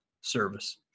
service